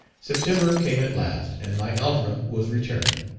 september came at last, and my algebra was returned.